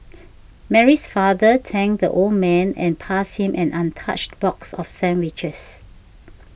Mary's father thanked the old man and passed him an untouched box of sandwiches